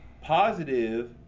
Positive